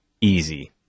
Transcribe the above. easy